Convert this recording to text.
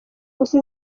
gusa